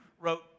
wrote